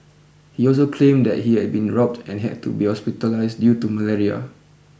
he also claimed that he had been robbed and had to be hospitalised due to malaria